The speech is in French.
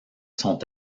sont